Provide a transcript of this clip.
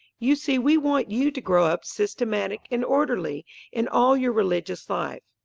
you see we want you to grow up systematic and orderly in all your religious life.